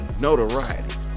notoriety